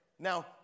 Now